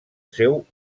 seu